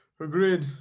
Agreed